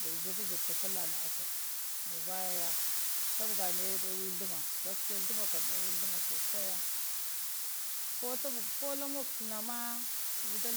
Vita jukkə salla la'asar muŋvaya kubga nayəya nuwə ghluma, gaskiya ghluma kam ɗowe ghluma so saya ko la mogo fləŋma ina vita